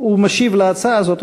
שר החקלאות, הוא משיב על ההצעה הזאת.